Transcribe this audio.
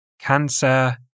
Cancer